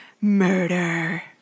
murder